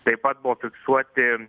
taip pat buvo fiksuoti